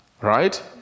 Right